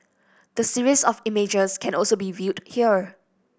the series of images can also be viewed here